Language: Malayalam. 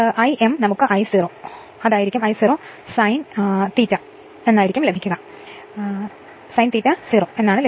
I m നമുക്ക് I0 പാപം ലഭിക്കും ∅ 0 അത് ലഭിക്കും